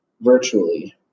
virtually